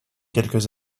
quelques